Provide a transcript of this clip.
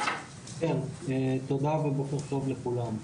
תודה ובוקר טוב לכולם.